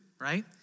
right